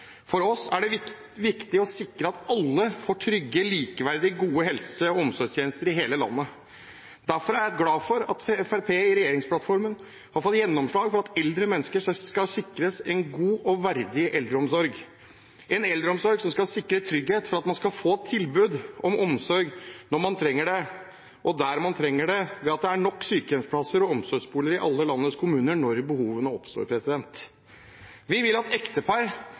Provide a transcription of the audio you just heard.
For oss er det viktig å sikre at alle får trygge, likeverdige og gode helse- og omsorgstjenester i hele landet. Derfor er jeg glad for at Fremskrittspartiet i regjeringsplattformen har fått gjennomslag for at eldre mennesker skal sikres en god og verdig eldreomsorg, en eldreomsorg som skal sikre trygghet for at man skal få tilbud om omsorg når man trenger det, og der man trenger det, ved at det er nok sykehjemsplasser og omsorgsboliger i alle landets kommuner når behovene oppstår. Vi vil at ektepar